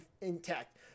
intact